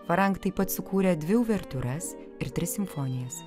farank taip pat sukūrė dvi uvertiūras ir tris simfonijas